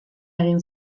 egin